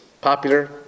Popular